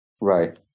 Right